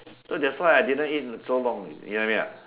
so that's why I didn't eat in so long you know what I mean or not